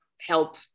help